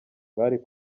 bari